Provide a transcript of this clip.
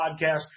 podcast